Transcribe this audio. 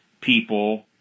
people